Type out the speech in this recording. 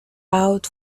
out